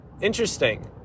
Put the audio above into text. interesting